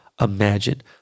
imagine